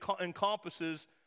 encompasses